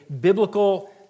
biblical